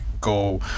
Go